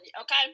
okay